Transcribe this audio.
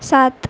सात